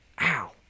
ow